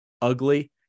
ugly